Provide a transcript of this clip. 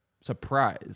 surprise